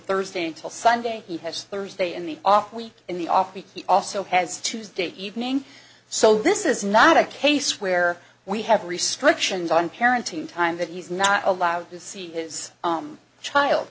thursday until sunday he has thursday in the off week in the off week he also has tuesday evening so this is not a case where we have restrictions on parenting time that he's not allowed to see his